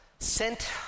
sent